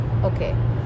Okay